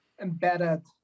embedded